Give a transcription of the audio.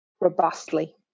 robustly